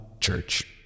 church